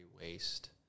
waste